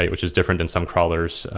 which is different than some crawlers.